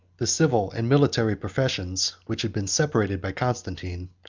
the civil and military professions, which had been separated by constantine,